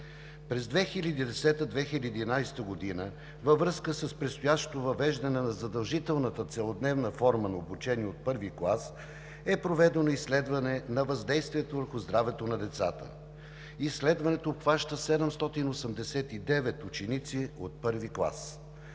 През 2010 – 2011 г. във връзка с предстоящото въвеждане на задължителната целодневна форма на обучение от първи клас е проведено изследване на въздействието й върху здравето на децата. Изследването обхваща 789 ученици от първи клас.